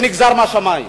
שנגזרה מהשמים.